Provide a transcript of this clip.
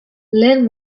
lehen